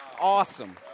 awesome